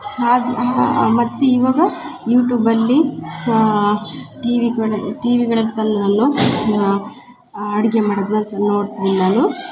ಹಾಗ ಮತ್ತ್ ಇವಾಗ ಯೂಟ್ಯೂಬಲ್ಲಿ ಟಿವಿಗಳ ಟಿವಿಗಳ ಸಲ್ಲಲೊ ಅಡ್ಗೆ ಮಾಡೊದನ್ನ ಚೆನ್ನ ನೋಡ್ತಿದ್ದೀನಿ ನಾನು